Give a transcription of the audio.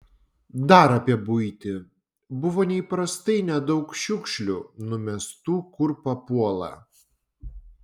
dar apie buitį buvo neįprastai nedaug šiukšlių numestų kur papuola